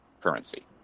currency